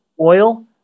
oil